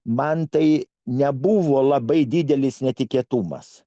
man tai nebuvo labai didelis netikėtumas